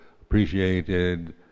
appreciated